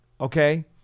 okay